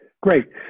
Great